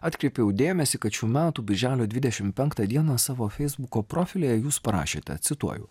atkreipiau dėmesį kad šių metų birželio dvidešim penktą dieną savo feisbuko profilyje jūs parašėte cituoju